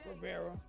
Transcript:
Rivera